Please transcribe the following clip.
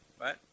Right